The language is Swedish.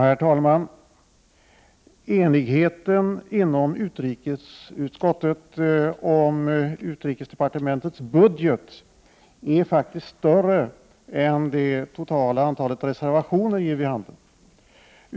Herr talman! Enigheten inom utrikesutskottet om utrikesdepartementets budget är större än vad det totala antalet reservationer ger vid handen.